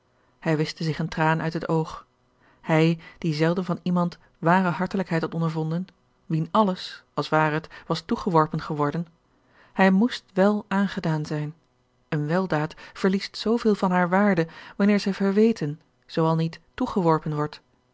hij wischte zich een traan uit het oog hij die zelden van iemand ware hartelijkheid had ondervonden wien alles als ware het was toegeworpen geworden hij moest wèl aangedaan zijn eene weldaad verliest zooveel van hare waarde wanneer zij verweten zoo al niet toegeworpen wordt